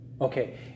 Okay